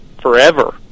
forever